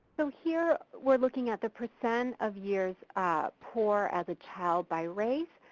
so here were looking at the percent of years poor as a child by race,